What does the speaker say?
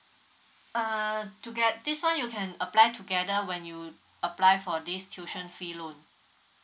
uh to get this one you can apply together when you apply for this tuition fee loan